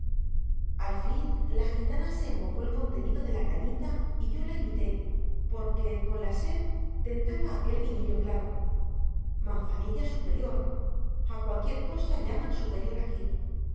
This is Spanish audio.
al fin la gitana se embocó el contenido de la cañita y yo la imité porque con la sed tentaba aquel vinillo claro manzanilla superior a cualquier cosa llaman superior aquí